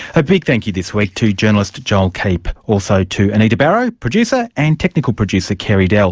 a big thank you this week to journalist joel keep, also to anita barraud producer, and technical producer carey dell